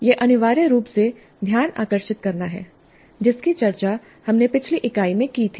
यह अनिवार्य रूप से ध्यान आकर्षित करना है जिसकी चर्चा हमने पिछली इकाई में की थी